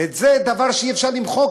וזה דבר שאי-אפשר למחוק,